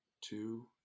two